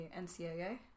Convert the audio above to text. NCAA